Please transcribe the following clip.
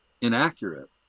inaccurate